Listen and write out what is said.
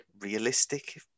realistic